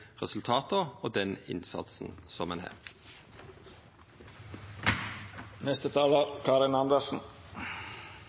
resultata ein har fått, og den innsatsen som ein